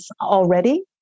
already